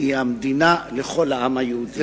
היא המדינה לכל העם היהודי.